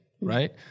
right